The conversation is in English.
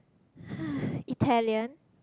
Italian